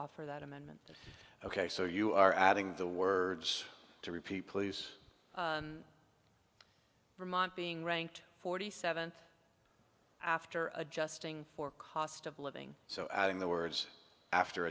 offer that amendment ok so you are adding the words to repeat please being ranked forty seventh after adjusting for cost of living so adding the words after